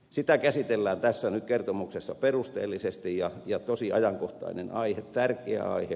sitä käsitellään tässä kertomuksessa nyt perusteellisesti ja se on tosi ajankohtainen tärkeä aihe